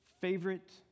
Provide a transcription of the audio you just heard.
Favorite